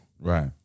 right